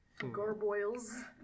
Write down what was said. Garboils